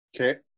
Okay